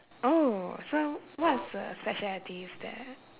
oh so what's the specialties there